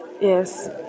Yes